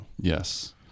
Yes